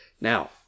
Now